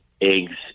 eggs